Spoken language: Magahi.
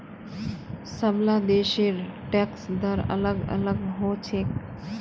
सबला देशेर टैक्स दर अलग अलग ह छेक